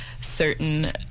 certain